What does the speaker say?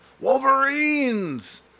Wolverines